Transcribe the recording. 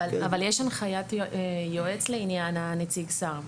אבל יש הנחיית יועץ לעניין נציג שר,